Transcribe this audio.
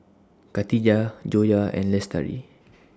Katijah Joyah and Lestari